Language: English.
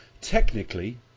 Technically